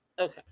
Okay